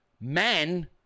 Men